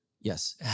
yes